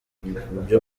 byo